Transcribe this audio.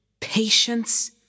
patience